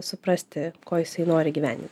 suprasti ko jisai nori gyvenime